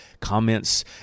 comments